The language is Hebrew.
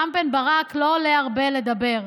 רם בן ברק לא עולה הרבה לדבר,